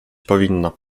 powinno